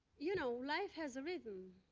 you know, life has a rhythm.